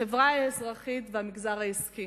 החברה האזרחית והמגזר העסקי